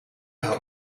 help